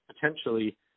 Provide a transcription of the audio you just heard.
potentially